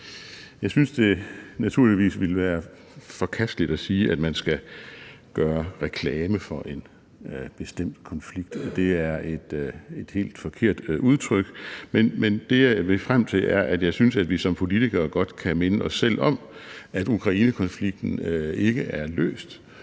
Jeg synes, det naturligvis ville være forkasteligt at sige, at man skal gøre reklame for en bestemt konflikt; det er et helt forkert udtryk. Men det, jeg vil frem til, er, at jeg synes, at vi som politikere godt kan minde os selv om, at Ukrainekonflikten ikke er løst